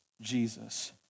Jesus